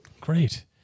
Great